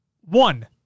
One